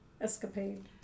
escapade